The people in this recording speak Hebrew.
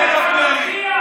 אתה כן מפריע לי.